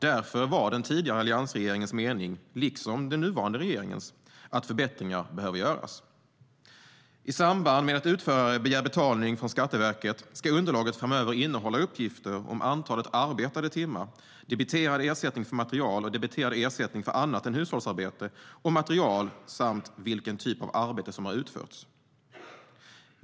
Därför var den tidigare alliansregeringens mening, liksom det är den nuvarande regeringens, att förbättringar behöver göras. I samband med att utförare begär betalning från Skatteverket ska underlaget framöver innehålla uppgifter om antalet arbetade timmar, debiterad ersättning för material och debiterad ersättning för annat än hushållsarbete och material samt vilken typ av arbete som har utförts.